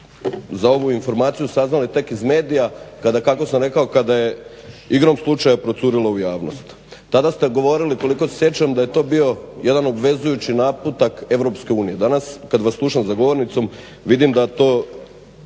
za ovu informaciju saznali tek iz medija kada kako sam rekao, kada je igrom slučaja procurilo u javnost. Tada ste govorili koliko se sjećam da je to bio jedan obvezujući naputak Europske unije, danas kad vas slušam za govornicom vidim da to